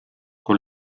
con